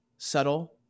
Subtle